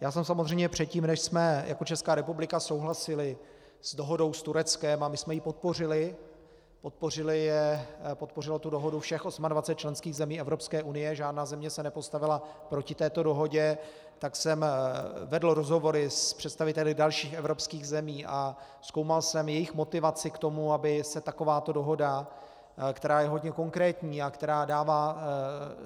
Já jsem samozřejmě předtím, než jsme jako Česká republika souhlasili s dohodou s Tureckem, a my jsme ji podpořili, podpořilo tu dohodu všech 28 členských zemí Evropské unie, žádná země se nepostavila proti této dohodě, tak jsem vedl rozhovory s představiteli dalších evropských zemí a zkoumal jsem jejich motivaci k tomu, aby se takováto dohoda, která je hodně konkrétní a která dává